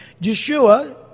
Yeshua